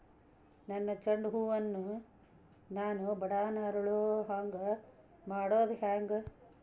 ನನ್ನ ಚಂಡ ಹೂ ಅನ್ನ ನಾನು ಬಡಾನ್ ಅರಳು ಹಾಂಗ ಮಾಡೋದು ಹ್ಯಾಂಗ್?